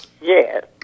Yes